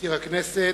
למזכיר הכנסת.